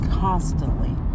constantly